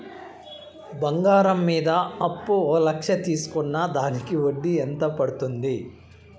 బంగారం మీద అప్పు ఒక లక్ష తీసుకున్న దానికి వడ్డీ ఎంత పడ్తుంది?